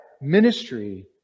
ministry